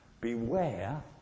beware